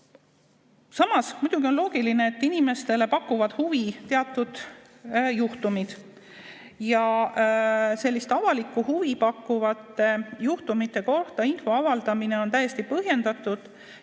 on loogiline, et inimestele pakuvad teatud juhtumid huvi. Selliste avalikku huvi pakkuvate juhtumite kohta info avaldamine on täiesti põhjendatud